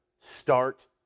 start